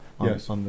yes